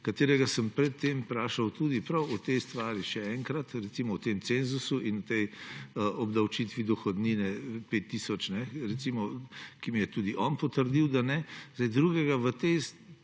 katerega sem pred tem vprašal tudi prav o tej stvari še enkrat, recimo, o tem cenzusu in o tej obdavčitvi dohodnine 5 tisoč, mi je tudi on potrdil, da ne. Sedaj vam v tem